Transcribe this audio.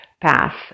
path